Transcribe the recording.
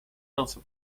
healthy